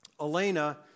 Elena